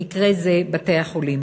במקרה זה בתי-החולים.